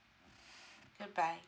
bye bye